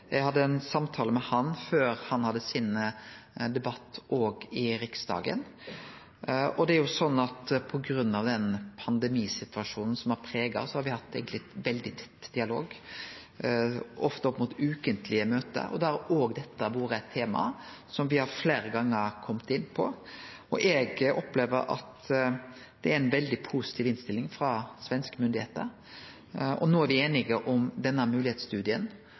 Eg hadde òg ein samtale med han før han hadde sin debatt i Riksdagen. På grunn av pandemisituasjonen som har prega oss, har me hatt ein veldig tett dialog, ofte opp mot eit møte kvar veke, og da har òg dette vore eit tema som me fleire gonger har kome inn på. Eg opplever at det er ei veldig positiv innstilling frå svenske myndigheiter, og no er me einige om denne moglegheitsstudien.